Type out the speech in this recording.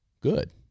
Good